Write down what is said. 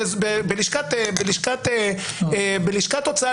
בלשכת הוצאה